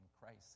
Christ